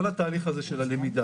כל התהליך הזה של הלמידה,